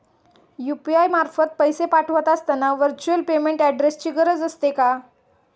UPI मार्फत पैसे पाठवत असताना व्हर्च्युअल पेमेंट ऍड्रेसची गरज असते का?